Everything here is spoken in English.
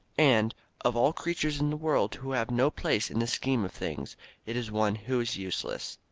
and of all creatures in the world who have no place in the scheme of things it is one who is useless.